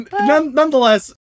nonetheless